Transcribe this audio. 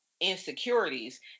insecurities